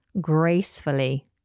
Gracefully